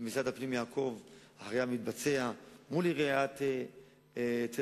ומשרד הפנים יעקוב אחר המתבצע מול עיריית תל-אביב,